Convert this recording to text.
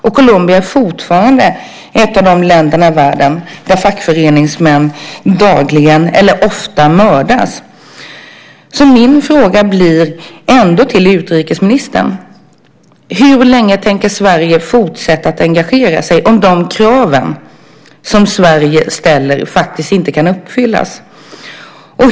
Colombia är fortfarande ett av de länder i världen där fackföreningsmän ofta mördas. Min fråga blir ändå till utrikesministern: Hur länge tänker Sverige fortsätta att engagera sig om de krav som Sverige ställer inte kan uppfyllas?